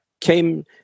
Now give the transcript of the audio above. came